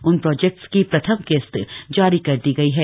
उन प्रोजेक्ट्स की प्रथम किस्त जारी कर दी गयी है